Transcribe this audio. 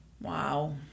Wow